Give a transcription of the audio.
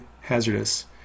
hazardous